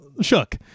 shook